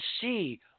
see